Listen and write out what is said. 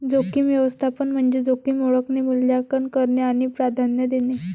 जोखीम व्यवस्थापन म्हणजे जोखीम ओळखणे, मूल्यांकन करणे आणि प्राधान्य देणे